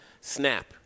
Snap